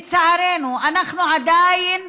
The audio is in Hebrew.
לצערנו, אנחנו עדיין